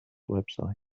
website